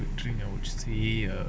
between I would say uh